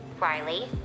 Riley